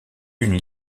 une